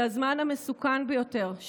זה הזמן המסוכן ביותר,